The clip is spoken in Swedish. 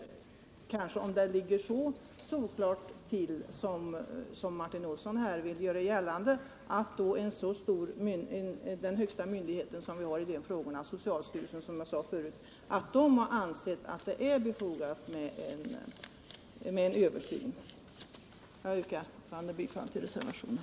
Om det ligger så solklart till som Martin Olsson vill göra gällande är det väl anmärkningsvärt att den högsta myndigheten för dessa frågor, socialstyrelsen, har ansett det befogat med en översyn. Herr talman! Jag vidhåller mitt yrkande om bifall till reservationen.